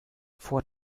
vor